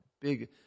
big